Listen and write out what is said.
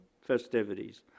festivities